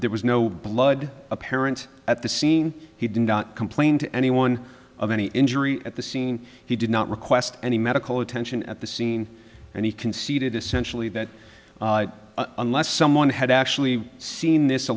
there was no blood apparent at the scene he did not complain to anyone of any injury at the scene he did not request any medical attention at the scene and he conceded essentially that unless someone had actually seen this a